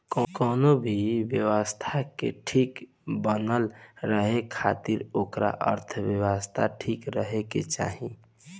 कवनो भी व्यवस्था के ठीक बनल रहे खातिर ओकर अर्थव्यवस्था ठीक रहे के चाही